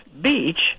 beach